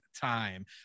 time